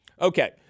Okay